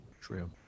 true